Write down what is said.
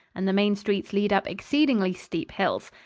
and the main streets lead up exceedingly steep hills.